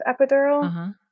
epidural